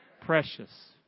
Precious